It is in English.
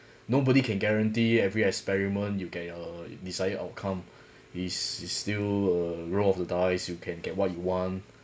nobody can guarantee every experiment you get your desired outcome is is still a roll of the dice you can get what you want